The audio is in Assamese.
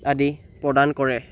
আদি প্ৰদান কৰে